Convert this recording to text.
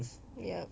ya